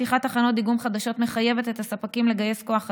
פתיחת תחנות דיגום חדשות מחייבת את הספקים לגייס כוח אדם,